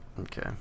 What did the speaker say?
Okay